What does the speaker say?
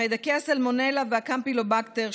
חיידקי סלמונלה וקמפילובקטר,